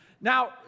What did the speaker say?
Now